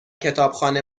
کتابخانه